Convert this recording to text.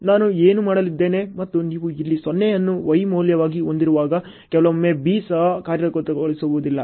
ನಾನು ಏನು ಮಾಡಲಿದ್ದೇನೆ ಮತ್ತು ನೀವು ಇಲ್ಲಿ 0 ಅನ್ನು Y ಮೌಲ್ಯವಾಗಿ ಹೊಂದಿರುವಾಗ ಕೆಲವೊಮ್ಮೆ B ಸಹ ಕಾರ್ಯಗತಗೊಳಿಸುವುದಿಲ್ಲ